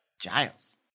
Giles